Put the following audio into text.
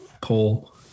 Paul